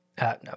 No